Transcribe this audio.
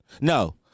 No